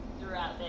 throughout